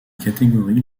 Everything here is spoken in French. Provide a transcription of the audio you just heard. catégories